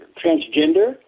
transgender